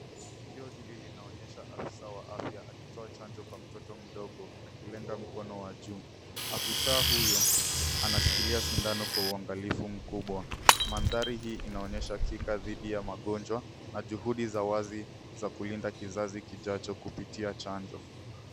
Tukio hili linaonyesha afisa wa afya akitoa chanjo kwa mtoto mdogo akilenga mkono wa juu. Afisa huyo anashikilia sindano kwa uangalifu mkubwa. Mandhari hii inaonyesha kinga dhidi ya magonjwa na juhudi za wazi za kulinda kizazi kijacho kupitia chanjo.